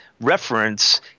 reference